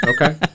okay